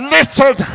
Listen